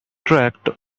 tract